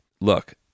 look